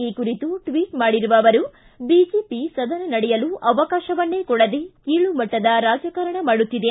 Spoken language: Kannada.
ಈ ಕುರಿತು ಟ್ವಿಟ್ ಮಾಡಿರುವ ಅವರು ಬಿಜೆಪಿ ಸದನ ನಡೆಯಲು ಅವಕಾಶವನ್ನೇ ಕೊಡದೆ ಕೀಳುಮಟ್ಟದ ರಾಜಕಾರಣ ಮಾಡುತ್ತಿದೆ